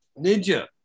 Ninja